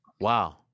Wow